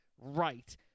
Right